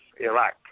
Iraq